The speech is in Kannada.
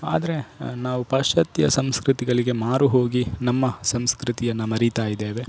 ಆದರೆ ನಾವು ಪಾಶ್ಚಾತ್ಯ ಸಂಸ್ಕೃತಿಗಳಿಗೆ ಮಾರು ಹೋಗಿ ನಮ್ಮ ಸಂಸ್ಕೃತಿಯನ್ನು ಮರಿತಾಯಿದ್ದೇವೆ